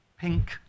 pink